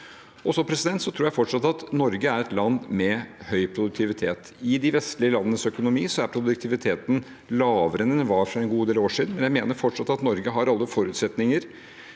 Jeg tror fortsatt at Norge er et land med høy produktivitet. I de vestlige landenes økonomi er produktiviteten lavere enn den var for en god del år siden. Jeg mener fortsatt at Norge har alle forutsetninger.